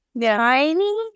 tiny